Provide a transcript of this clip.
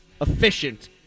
efficient